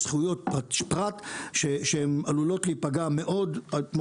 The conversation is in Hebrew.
זכויות פרט שעלולות להיפגע מאוד כמו